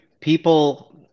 people